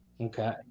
Okay